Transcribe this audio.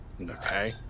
Okay